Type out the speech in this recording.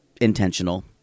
intentional